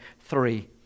three